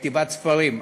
כתיבת ספרים.